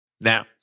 Now